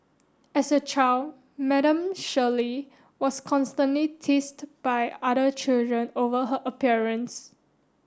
as a child Madam Shirley was constantly teased by other children over her appearance